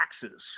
Taxes